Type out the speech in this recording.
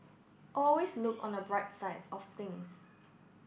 always look on the bright side of things